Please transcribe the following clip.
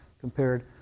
compared